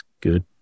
good